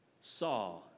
saw